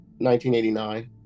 1989